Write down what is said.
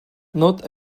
not